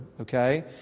okay